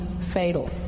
fatal